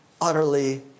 utterly